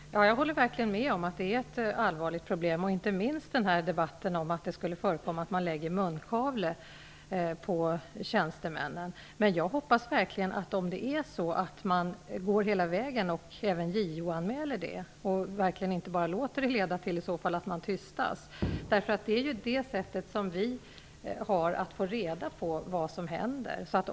Fru talman! Jag håller verkligen med om att detta är ett allvarligt problem, inte minst debatten om att det skulle förekomma att man sätter munkavle på tjänstemännen. Jag hoppas verkligen att man går hela vägen och JO-anmäler och inte låter sig tystas. Det är så vi får reda på vad som händer.